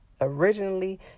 Originally